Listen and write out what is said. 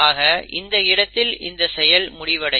ஆக இந்த இடத்தில் இந்த செயல் முடிவடையும்